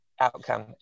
outcome